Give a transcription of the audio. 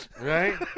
right